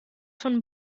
von